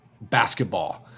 basketball